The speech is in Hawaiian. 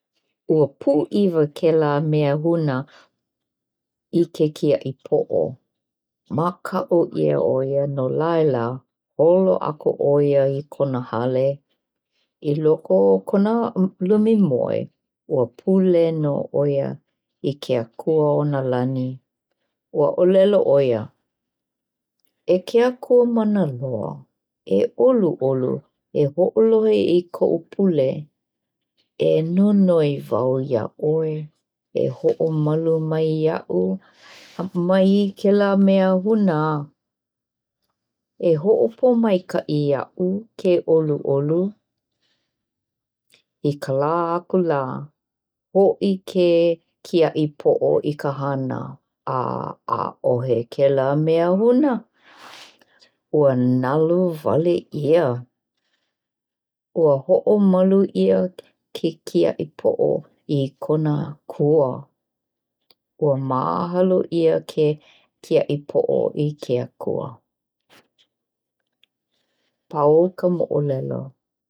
Ua pūʻiwa kēlā mea hūnā i ke kiaʻipoʻo! Makaʻu ʻia ʻoia no laila, holo aku ʻo ia i kona hale. I loko o kona lumimoe, ua pule nō ʻo ia i ke Akua o nā lani! Ua ʻolelo ʻo ia, “E ke Akua mana loa, e ʻoluʻolu e hoʻolohe i koʻu pule...e nonoi wau iāʻoe, e hoʻomalu mai iāʻu mai kēlā mea hūnā. E hoʻopōmaikaʻi iaʻu, ke ʻoluʻolu. I ka lā aku la, hoʻi ke kiaʻipoʻo i ka hana a aʻohe kēlā mea hūnā. Ua nalowale ia! Ua hoʻomalu ʻia ke kiaʻʻipoʻo e kona Akua! Ua mahalo ʻia ke kiaʻipoʻo i ke Akua! Pau ka moʻolelo.